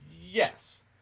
yes